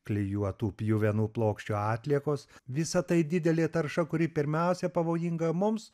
klijuotų pjuvenų plokščių atliekos visa tai didelė tarša kuri pirmiausia pavojinga mums